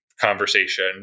conversation